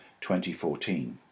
2014